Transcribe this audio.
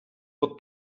pod